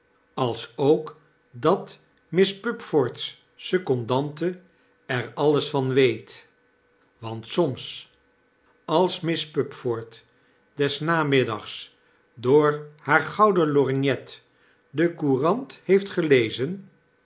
gewicht alsook dat miss pupford's secondante er alles van weet want soms als miss pupford des namiddags door haar gouden lorgnet de courant heeft gelezen